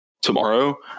Tomorrow